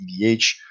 EDH